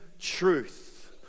truth